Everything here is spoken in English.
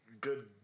good